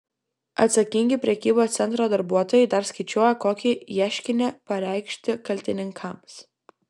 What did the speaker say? atsakingi prekybos centro darbuotojai dar skaičiuoja kokį ieškinį pareikšti kaltininkams